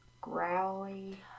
growly